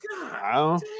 God